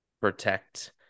protect